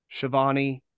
Shivani